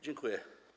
Dziękuję.